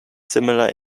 similar